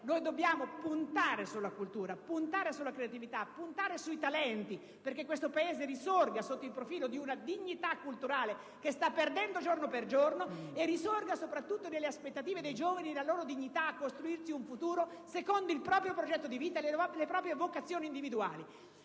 zero. Dobbiamo puntare sulla cultura, sulla creatività, sui talenti, perché questo Paese risorga sotto il profilo di una dignità culturale che sta perdendo giorno per giorno e risorga soprattutto nelle aspettative dei giovani e della loro dignità a costruirsi un futuro secondo il proprio progetto di vita e le proprie vocazioni individuali.